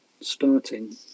starting